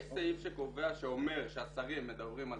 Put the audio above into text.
יש סעיף שקובע ואומר שהשרים מדברים על